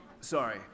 sorry